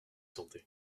santé